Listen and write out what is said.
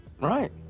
Right